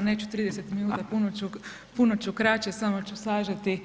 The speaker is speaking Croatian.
Neću 30 minuta, puno ću, puno ću kraće, samo ću sažeti